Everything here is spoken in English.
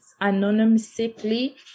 anonymously